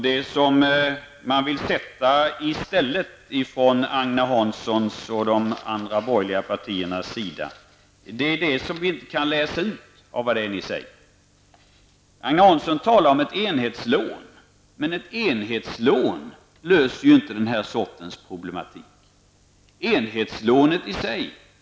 Det som man från centerpartiets och de andra borgerliga partiernas sida vill sätta i stället är sådant som vi inte kan läsa ut av vad ni säger. Agne Hansson talar om ett enhetslån, men ett enhetslån löser ju inte den här sortens problem.